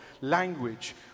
language